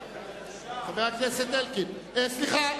סליחה,